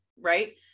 right